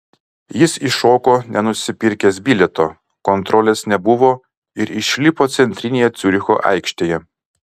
jis įšoko nenusipirkęs bilieto kontrolės nebuvo ir išlipo centrinėje ciuricho aikštėje